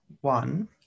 one